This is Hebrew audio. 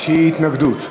שהיא התנגדות.